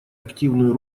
активную